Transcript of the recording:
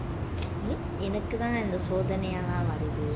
என்னக்கு தான் இந்த சோதனலாம் வருது:ennaku thaan intha sothanalam varuthu